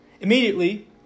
Immediately